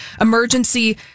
emergency